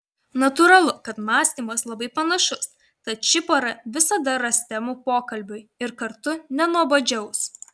natūralu kad mąstymas labai panašus tad ši pora visada ras temų pokalbiui ir kartu nenuobodžiaus